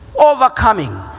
overcoming